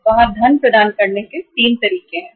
वहाँ धन प्रदान करने के 3 तरीके हैं